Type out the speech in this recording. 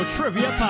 Trivia